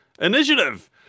initiative